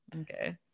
okay